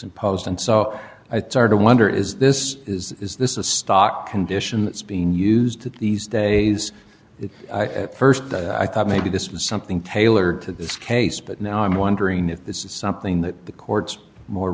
imposed and so i tried to wonder is this is is this a stock condition that's been used to these days it at st i thought maybe this was something tailored to this case but now i'm wondering if this is something that the courts more